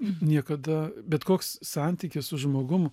niekada bet koks santykis su žmogum